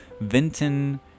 Vinton